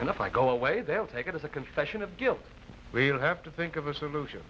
and if i go away they'll take it as a confession of guilt we'll have to think of a solution